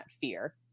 fear